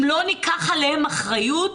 אם לא ניקח עליהם אחריות,